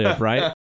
right